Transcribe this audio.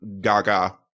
Gaga